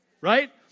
Right